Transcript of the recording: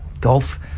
golf